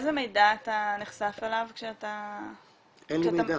לאיזה מידע אתה נחשף כשאתה --- אין לי מידע.